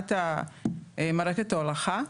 מבחינת מערכת ההולכה,